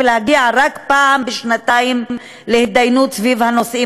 ולהגיע רק פעם בשנתיים להתדיינות סביב הנושאים